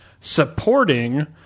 supporting